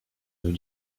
nous